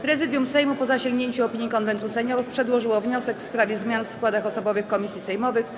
Prezydium Sejmu, po zasięgnięciu opinii Konwentu Seniorów, przedłożyło wniosek w sprawie zmian w składach osobowych komisji sejmowych.